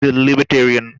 libertarian